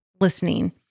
listening